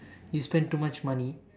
you spent too much money